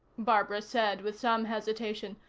barbara said with some hesitation.